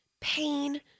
pain